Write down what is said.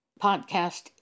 podcast